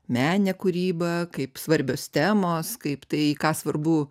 meninė kūryba kaip svarbios temos kaip tai į ką svarbu